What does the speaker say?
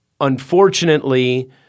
unfortunately